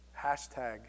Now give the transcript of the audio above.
Hashtag